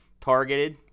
targeted